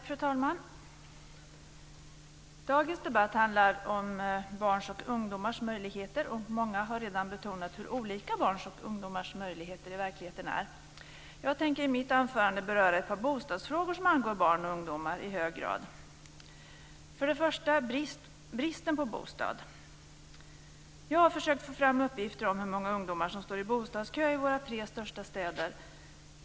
Fru talman! Dagens debatt handlar om barns och ungdomars möjligheter, och många har redan betonat hur olika barns och ungdomars möjligheter i verkligheten är. Jag tänker i mitt anförande beröra ett par bostadsfrågor som angår barn och ungdomar i hög grad. Först har vi bristen på bostad. Jag har försökt få fram uppgifter om hur många ungdomar som står i bostadskö i våra tre största städer.